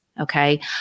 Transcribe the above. Okay